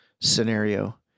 scenario